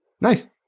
Nice